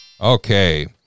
Okay